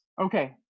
okay